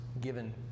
given